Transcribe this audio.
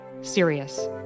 serious